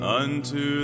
unto